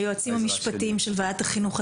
היועצים המשפטיים של ועדת החינוך,